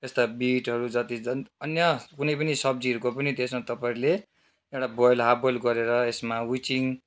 यस्ता बिटहरू जति छन् अन्य कुनै पनि सब्जीहरूको पनि तपाईँहरूले एउटा बोइल हालफ बोइल गरेर एसमा हुचिङ